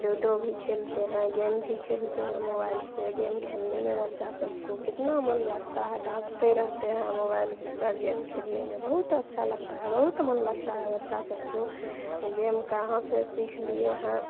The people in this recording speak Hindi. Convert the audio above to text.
लूडो ही खेलते हैं गेम भी खेलते हैं मोबाइल से गेम खेलने में बच्चा सबको कितना मन लगता है डांटते रहते हैं मोबाइल पर गेम खेलने में बहुत अच्छा लगता है बहुत मन लगता है बच्चा सबको गेम कहाँ से सीख लिए हैं